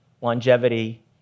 longevity